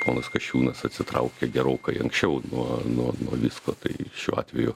ponas kasčiūnas atsitraukė gerokai anksčiau nuo nuo visko tai šiuo atveju